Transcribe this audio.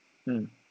mm